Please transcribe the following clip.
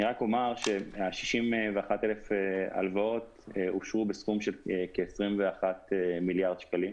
אני רק אומר שה-61,000 הלוואות אושרו בסכום של כ-21 מיליארד שקלים,